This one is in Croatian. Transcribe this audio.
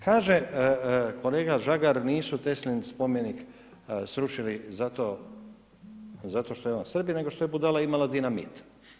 Kaže kolega Žagar, nisu Teslin spomenik srušili zato što je on Srbin, nego što je budala imala dinamit.